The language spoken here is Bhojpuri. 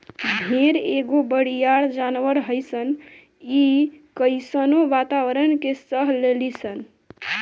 भेड़ एगो बरियार जानवर हइसन इ कइसनो वातावारण के सह लेली सन